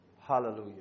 Hallelujah